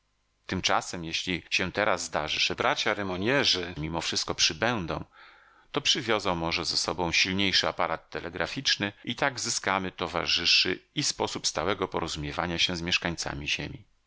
tymczasem jeśli się teraz zdarzy że bracia remognerzy mimo wszystko przybędą to przywiozą może ze sobą silniejszy aparat telegraficzny i tak zyskamy towarzyszy i sposób stałego porozumiewania się z mieszkańcami ziemi